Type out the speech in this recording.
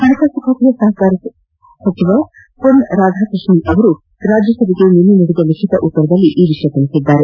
ಹಣಕಾಸು ಖಾತೆಯ ಸಹಕಾರ ಸಚಿವ ಮೊನ್ನ್ ರಾಧಾಕೃಷ್ಷನ್ ಅವರು ರಾಜ್ಯಸಭೆಗೆ ನಿನೈ ನೀಡಿದ ಲಿಖಿತ ಉತ್ತರದಲ್ಲಿ ಈ ವಿಷಯ ತಿಳಿಸಿದ್ದಾರೆ